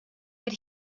but